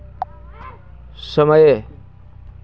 समय